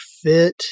fit